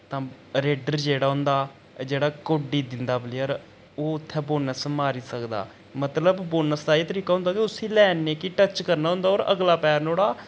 तां रेडर जेह्ड़ा होंदा जेह्ड़ा कोड्डी दिंदा प्लेयर ओह् उत्थै बोनस मारी सकदा मतलब बोनस दा एह् तरीका होंदा के उसी लैने की टच करना होंदा और अगला पैर नुआढ़ा